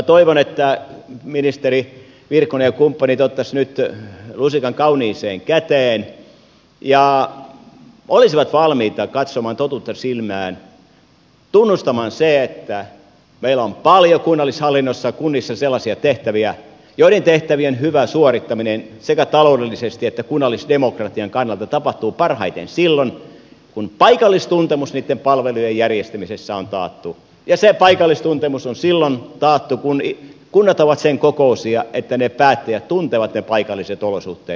toivon että ministeri virkkunen ja kumppanit ottaisivat nyt lusikan kauniiseen käteen ja olisivat valmiita katsomaan totuutta silmään tunnustamaan sen että meillä on paljon kunnallishallinnossa kunnissa sellaisia tehtäviä joiden tehtävien hyvä suorittaminen sekä taloudellisesti että kunnallisdemokratian kannalta tapahtuu parhaiten silloin kun paikallistuntemus niitten palvelujen järjestämisessä on taattu ja se paikallistuntemus on silloin taattu kun kunnat ovat sen kokoisia että ne päättäjät tuntevat ne paikalliset olosuhteet